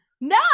no